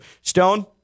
Stone